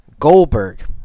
Goldberg